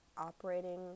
Operating